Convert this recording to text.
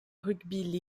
rugby